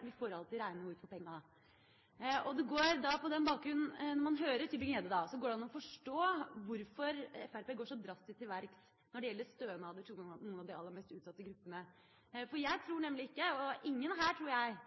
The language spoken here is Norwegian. vi får alltid reine ord for penga. På den bakgrunn – når man altså hører Tybring-Gjedde – går det an å forstå hvorfor Fremskrittspartiet går så drastisk til verks når det gjelder stønader til noen av de aller mest utsatte gruppene. For jeg tror nemlig ikke – og ingen andre her, tror jeg